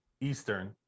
Eastern